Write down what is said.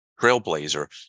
trailblazer